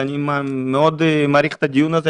אז אני מאוד מעריך את הדיון הזה,